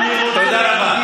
תודה רבה.